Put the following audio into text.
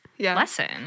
lesson